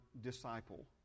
disciple